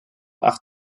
acht